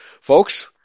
folks